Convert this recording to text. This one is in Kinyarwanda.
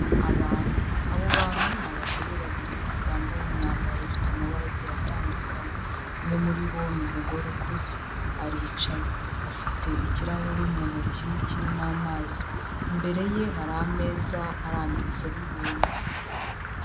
Abantu, aba bantu ni abagore babiri bambaye imyambaro ifite amabara agiye atandukanye, umwe muri bo ni umugore ukuze, aricaye afite ikirahuri mu ntoki kirimo amazi, imbere ye hari ameza arambitseho ibintu.